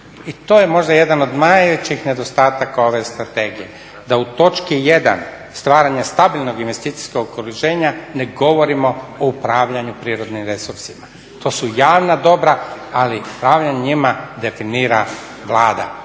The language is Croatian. i to je možda jedan od najvećih nedostataka ove strategije da u točki 1. stvaranja stabilnog investicijskog okruženja ne govorimo o upravljanju prirodnim resursima. To su javna dobra, ali upravljanje njima definira Vlada,